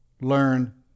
learn